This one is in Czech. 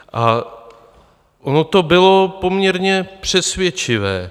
A ono to bylo poměrně přesvědčivé.